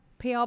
pr